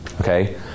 okay